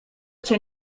cię